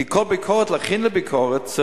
כי להכין לביקורת,